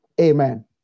Amen